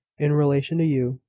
in relation to you,